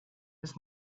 this